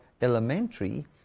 elementary